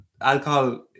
alcohol